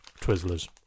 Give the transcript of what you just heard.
Twizzlers